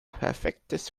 perfektes